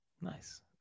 Nice